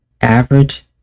average